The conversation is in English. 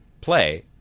play